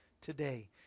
today